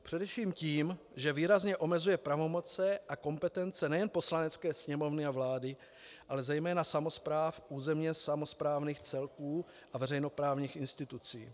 Především tím, že výrazně omezuje pravomoci a kompetence nejen Poslanecké sněmovny a vlády, ale zejména samospráv územně samosprávných celků a veřejnoprávních institucí.